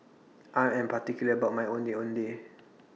I Am particular about My Ondeh Ondeh